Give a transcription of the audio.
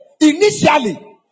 initially